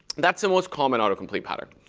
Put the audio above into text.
that's the most common autocomplete pattern.